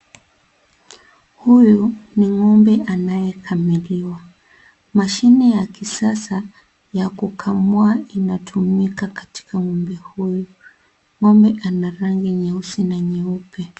Huyu ni ng'ombe anayekamuliwa. Mashine ya kisasa ya kukamua inatumika katika ng'ombe huyu. Ng'ombe ana rangi nyeusi na nyeupe.